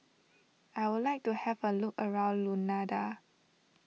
I would like to have a look around Luanda